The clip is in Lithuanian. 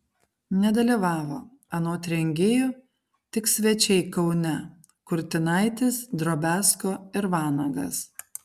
nedalyvavo anot rengėjų tik svečiai kaune kurtinaitis drobiazko ir vanagas